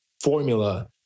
formula